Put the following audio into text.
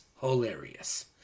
hilarious